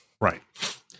Right